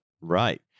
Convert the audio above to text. Right